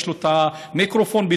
יש לו את הרמקול בתוכו,